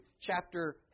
chapter